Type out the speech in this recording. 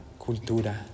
cultura